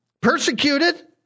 persecuted